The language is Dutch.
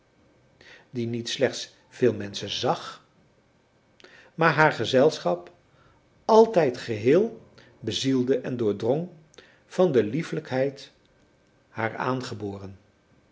die niet slechts veel menschen zag maar haar gezelschap altijd geheel bezielde en doordrong van de liefelijkheid haar aangeboren